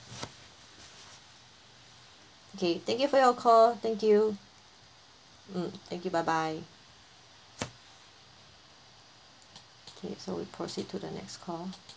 K thank you for your call thank you mm thank you bye bye okay so we proceed to the next call